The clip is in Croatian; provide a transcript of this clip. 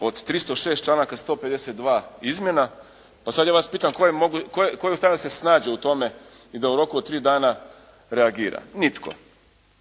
od 306 članaka 152 izmjena pa sad ja vas pitam koje mogu, tko je u stanju da se snađe u tome i da u roku od tri dana reagira? Nitko.